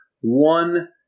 one